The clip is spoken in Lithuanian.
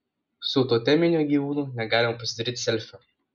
su toteminiu gyvūnu negalima pasidaryti selfio